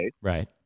Right